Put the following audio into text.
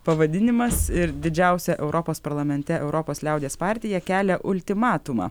pavadinimas ir didžiausia europos parlamente europos liaudies partija kelia ultimatumą